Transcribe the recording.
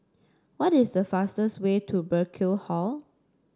what is the fastest way to Burkill Hall